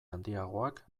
handiagoak